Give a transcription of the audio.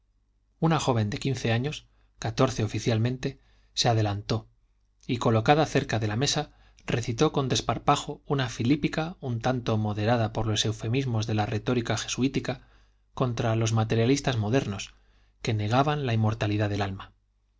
una joven de quince años catorce oficialmente se adelantó y colocada cerca de la mesa recitó con desparpajo una filípica un tanto moderada por los eufemismos de la retórica jesuítica contra los materialistas modernos que negaban la inmortalidad del alma